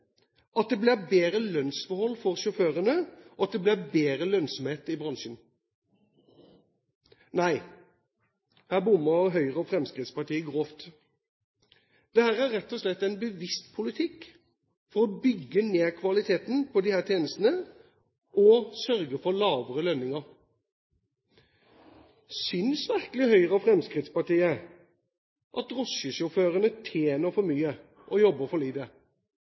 kvalitet, det blir billigere, det blir bedre lønnsforhold for sjåførene, og det blir bedre lønnsomhet i bransjen? Nei, her bommer Høyre og Fremskrittspartiet grovt. Dette er rett og slett en bevisst politikk for å bygge ned kvaliteten på disse tjenestene og sørge for lavere lønninger. Synes virkelig Høyre og Fremskrittspartiet at drosjesjåførene tjener for mye og jobber for lite?